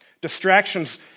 Distractions